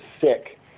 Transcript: sick